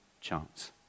chance